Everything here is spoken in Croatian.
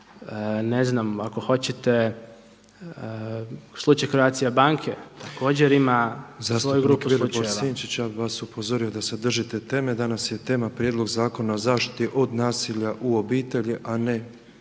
ne znam ako hoćete slučaj Croatia banke također ima svoju grupu slučajeva. **Petrov, Božo (MOST)** Zastupnik Vilibor Sinčić ja bi vas upozorio da se držite teme, danas je tema prijedlog Zakona o zaštiti od nasilja u obitelji a ne